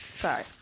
Sorry